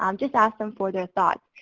um just ask them for their thoughts.